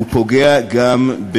ופוגע גם,